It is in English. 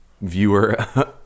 Viewer